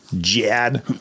Jad